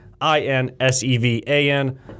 I-N-S-E-V-A-N